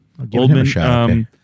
Oldman